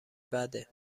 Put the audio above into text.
بعده